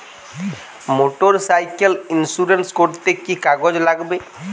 Motorcycle insurance করতে কি কি কাগজ লাগবে?